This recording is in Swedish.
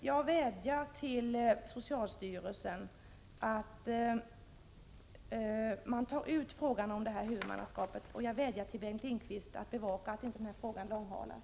Jag vädjar till socialstyrelsen att ta ut frågan om huvudmannaskapet, och jag vädjar till Bengt Lindqvist att bevaka att den här frågan inte långhalas.